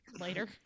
later